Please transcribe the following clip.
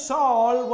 Saul